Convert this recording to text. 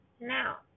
Now